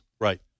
Right